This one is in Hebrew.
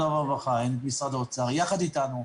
והרווחה והן את משרד האוצר יחד איתנו,